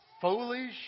foolish